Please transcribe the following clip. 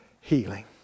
healing